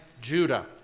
Judah